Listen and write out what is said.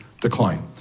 decline